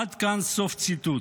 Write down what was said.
עד כאן, סוף ציטוט.